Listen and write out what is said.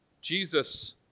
Jesus